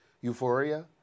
euphoria